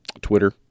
Twitter